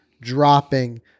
dropping